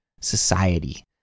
society